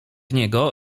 niego